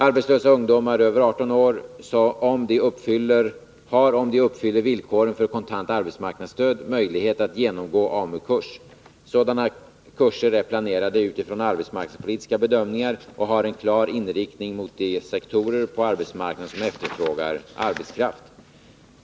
Arbetslösa ungdomar över 18 år har, om de uppfyller villkoren för kontant arbetsmarknadsstöd, möjlighet att genomgå AMU-kurs. Sådana kurser är planerade utifrån arbetsmarknadspolitiska bedömningar och har en klar inriktning mot de sektorer på arbetsmarknaden som efterfrågar arbetskraft.